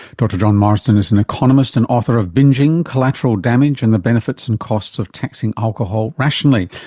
dr john marsden is an economist and author of bingeing, collateral damage and the benefits and costs of taxing alcohol rationally,